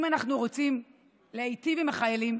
אם אנחנו רוצים להיטיב עם החיילים,